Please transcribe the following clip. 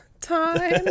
time